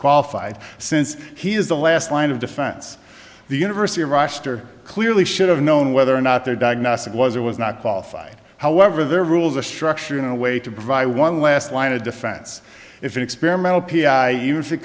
qualified since he is the last line of defense the university of rochester clearly should have known whether or not their diagnostic was or was not qualified however the rules are structured in a way to provide one last line of defense if an experimental p i us